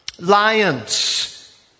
Lions